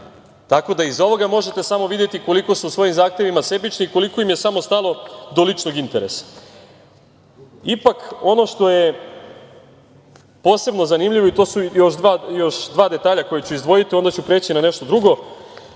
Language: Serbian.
dan. Iz ovoga možete videti koliko su u svojim zahtevima sebični i koliko im je stalo do ličnog interesa. Ipak, ono što je posebno zanimljivo i to su još dva detalja koja ću izdvojiti a onda ću preći na nešto drugo,